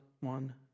one